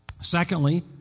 Secondly